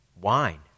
wine